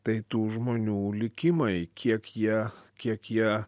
tai tų žmonių likimai kiek jie kiek jie